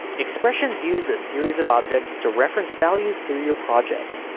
expressions use a series of objects to reference values through your project.